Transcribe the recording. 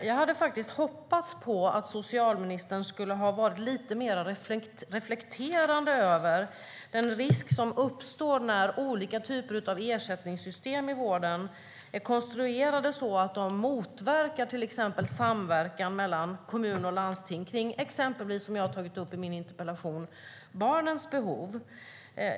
Jag hade hoppats på att socialministern skulle ha varit lite mer reflekterande över den risk som uppstår när olika typer av ersättningssystem i vården är konstruerade så att de motverkar till exempel samverkan mellan kommuner och landsting kring exempelvis barnens behov, som jag har tagit upp i min interpellation.